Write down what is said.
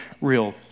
real